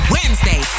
Wednesday